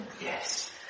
Yes